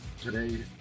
today